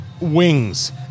wings